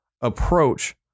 approach